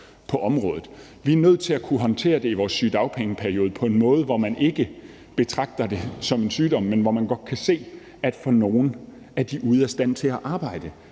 på området. Vi er nødt til at kunne håndtere det i vores sygedagpengeperiode på en måde, hvor man ikke betragter det som en sygdom, men hvor man godt kan se, at for nogle gælder det, at de er ude af stand til at arbejde